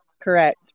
correct